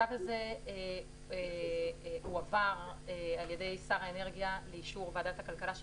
הצו הזה הועבר על-ידי שר האנרגיה באישור ועדת הכלכלה של